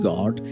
God